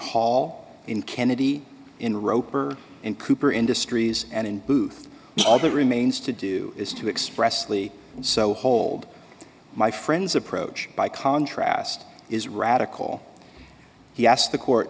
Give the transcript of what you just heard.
hall in kennedy in roper and cooper industries and in booth all that remains to do is to express lee so hold my friends approach by contrast is radical he asked the court